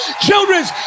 children's